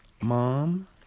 mom